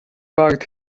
part